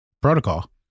protocol